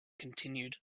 continued